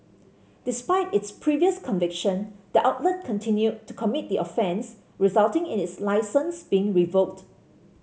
despite its previous conviction the outlet continued to commit the offence resulting in its licence being revoked